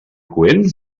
coent